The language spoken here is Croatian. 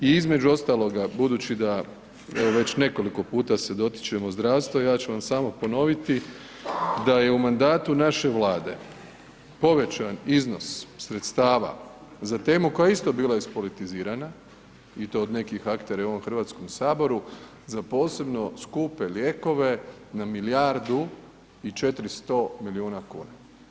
I između ostaloga budući da evo već nekoliko puta se dotičemo zdravstva, ja ću vam samo ponoviti da je u mandatu naše Vlade povećan iznos sredstava za temu koja je isto bila ispolitizirana i to od nekih aktera i u ovom Hrvatskom saboru za posebno skupe lijekove na milijardu i 400 milijuna kuna.